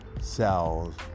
cells